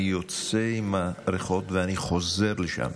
אני יוצא עם הריחות ואני חוזר לשם.